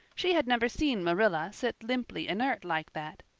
she had never seen marilla sit limply inert like that.